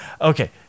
Okay